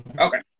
Okay